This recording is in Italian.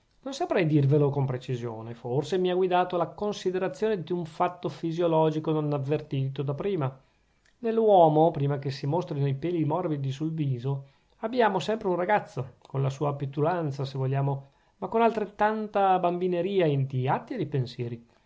non saprei dirvelo con precisione forse mi ha guidato la considerazione d'un fatto fisiologico non avvertito da prima nell'uomo prima che si mostrino i peli morbidi sul viso abbiamo sempre un ragazzo con la sua petulanza se vogliamo ma con altrettanta bambineria di atti e di pensieri